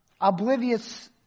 Oblivious